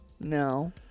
No